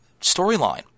storyline